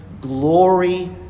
glory